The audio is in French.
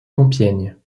compiègne